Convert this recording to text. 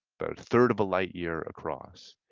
but third of a light year across.